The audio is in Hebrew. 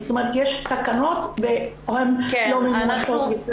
זאת אומרת שיש תקנות אבל הן לא ממומשות.